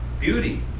beauty